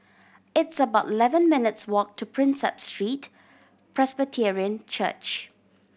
it's about eleven minutes' walk to Prinsep Street Presbyterian Church